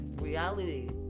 reality